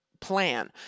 plan